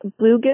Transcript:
bluegill